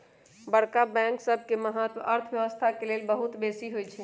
बड़का बैंक सबके महत्त अर्थव्यवस्था के लेल बहुत बेशी होइ छइ